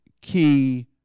key